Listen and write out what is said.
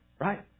right